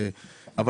אבל,